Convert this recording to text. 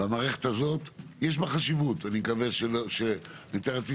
יש חשיבות במערכת הזאת.